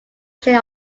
jane